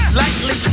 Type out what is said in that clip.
lightly